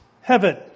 Heaven